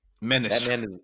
menace